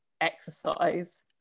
exercise